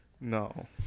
No